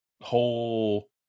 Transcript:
whole